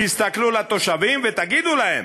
תסתכלו לתושבים בעיניים ותגידו להם,